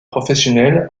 professionnel